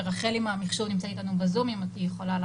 רחל מהמחשוב נמצאת איתנו בזום היא יכולה להסביר.